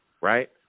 right